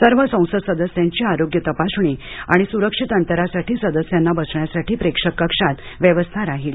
सर्व संसद सदस्यांची आरोग्य तपासणी सुरक्षित अंतरासाठी सदस्यांना बसण्यासाठी प्रेक्षक कक्षांमध्ये व्यवस्था राहील